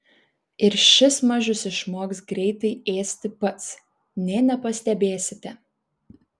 ir šis mažius išmoks greitai ėsti pats nė nepastebėsite